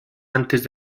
antes